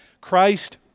Christ